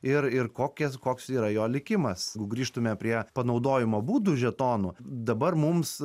ir ir kokias koks yra jo likimas jeigu grįžtume prie panaudojimo būdų žetonų dabar mums